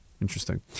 Interesting